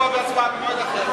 ואז תעשה תשובה והצבעה במועד אחר.